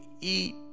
eat